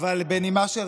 יום אבל לאומי.